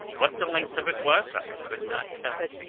what the length of it was i could not tell,